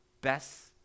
Best